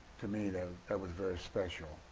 to me that that was very special.